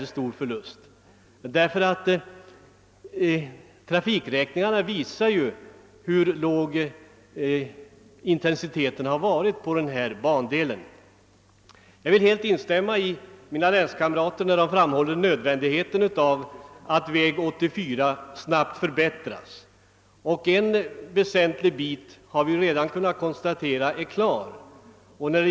Trafikräkningarna visar ju att trafikintensiteten på denna bandel varit låg. Jag vill helt ansluta mig till mina länskamrater när de framhåller nödvändigheten av att väg 84 snabbt förbättras. Vi har redan konstaterat att en väsentlig del av den redan är i gott skick.